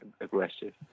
aggressive